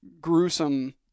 gruesome